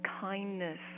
kindness